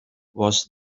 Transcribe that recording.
was